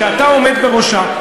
שאתה עומד בראשה,